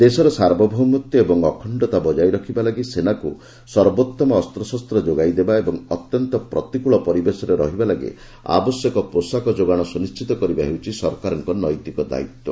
ଦେଶର ସାର୍ବଭୌମତ୍ୱ ଓ ଅଖଣ୍ଡତା ବଜାୟ ରଖିବା ଲାଗି ସେନାକୁ ସର୍ବୋଉମ ଅସ୍ତ୍ରଶସ୍ତ୍ର ଯୋଗାଇଦେବା ଓ ଅତ୍ୟନ୍ତ ପ୍ରତିକୃଳ ପରିବେଶରେ ରହିବା ଲାଗି ଆବଶ୍ୟକ ପୋଷାକ ଯୋଗାଣ ସୁନିଶ୍ଚିତ କରିବା ହେଉଛି ସରକାରଙ୍କ ନୈତିକ ଦାୟିତ୍ୱ